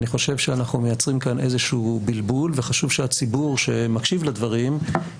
אני חושב שאנחנו מייצרים כאן איזשהו בלבול וחשוב שהציבור שמקשיב לדברים,